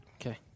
okay